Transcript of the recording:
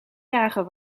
dagen